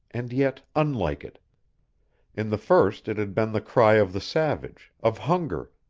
and yet unlike it in the first it had been the cry of the savage, of hunger,